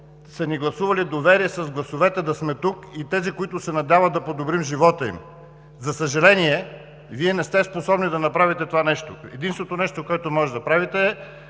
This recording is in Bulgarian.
са ни гласували доверие с гласовете си да сме тук, и тези, които се надяват да подобрим живота им. За съжаление, Вие не сте способни да направите това нещо. Единственото нещо, което можете да правите, е